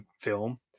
film